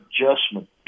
adjustment